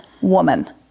woman